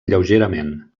lleugerament